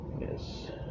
yes